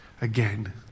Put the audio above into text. Again